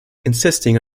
insisting